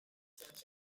such